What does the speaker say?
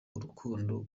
urukundo